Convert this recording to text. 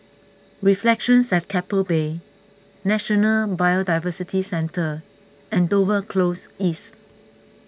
Reflections at Keppel Bay National Biodiversity Centre and Dover Close East